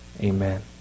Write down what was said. Amen